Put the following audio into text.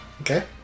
Okay